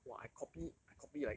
!wah! I copy I copy like